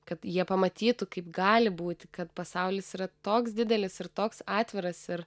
kad jie pamatytų kaip gali būti kad pasaulis yra toks didelis ir toks atviras ir